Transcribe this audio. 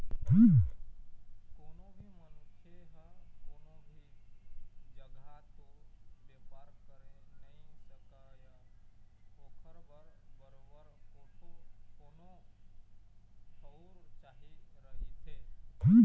कोनो भी मनखे ह कोनो भी जघा तो बेपार करे नइ सकय ओखर बर बरोबर कोनो ठउर चाही रहिथे